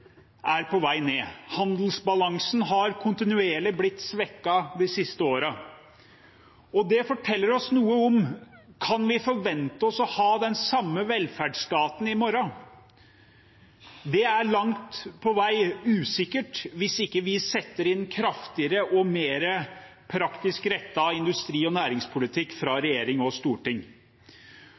er på vei ned. Handelsbalansen har kontinuerlig blitt svekket de siste årene. Det forteller oss noe om hvorvidt vi kan forvente oss å ha den samme velferdsstaten i morgen. Det er langt på vei usikkert hvis vi ikke setter inn kraftigere og mer praktisk rettet industri- og næringspolitikk fra regjering og storting.